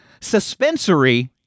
suspensory